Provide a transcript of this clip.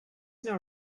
not